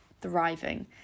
thriving